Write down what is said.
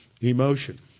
emotion